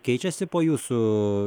keičiasi po jūsų